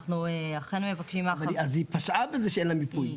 אנחנו אכן מבקשים מהחברה --- אז היא פשעה בזה שאין לה מיפוי.